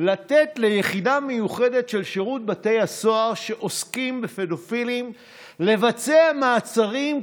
לתת ליחידה מיוחדת של שירות בתי הסוהר שעוסקת בפדופילים לבצע מעצרים,